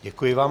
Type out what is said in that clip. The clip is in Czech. Děkuji vám.